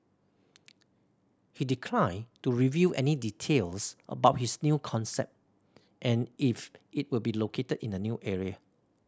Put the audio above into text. he declined to reveal any details about his new concept and if it will be located in a new area